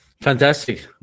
Fantastic